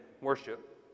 worship